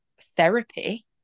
therapy